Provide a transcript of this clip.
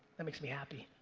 that makes me happy.